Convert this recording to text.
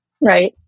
Right